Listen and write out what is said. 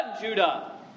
Judah